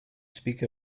speak